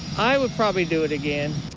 i would probably do it again.